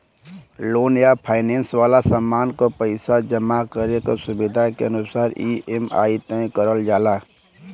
loan या finance वाला सामान क पइसा जमा करे क सुविधा के अनुसार ई.एम.आई तय करल जाला